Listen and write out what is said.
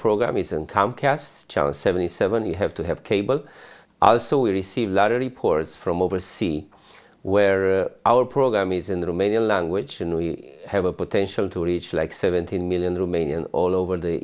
program isn't come cast chance seventy seven you have to have cable also receive lottery poorest from over see where are our program is in the remaining language and we have a potential to reach like seventeen million rumanian all over the